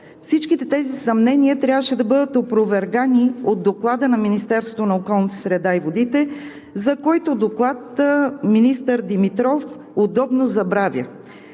Всичките тези съмнения трябваше да бъдат опровергани от доклада на Министерството на околната среда и водите, за който доклад министър Димитров удобно забравя.